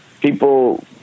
people